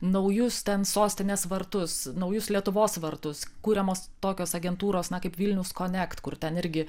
naujus ten sostinės vartus naujus lietuvos vartus kuriamos tokios agentūros na kaip vilniaus konekt kur ten irgi